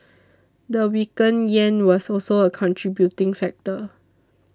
the weakened yen was also a contributing factor